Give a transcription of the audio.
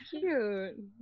cute